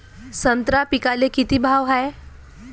संत्रा पिकाले किती भाव हाये?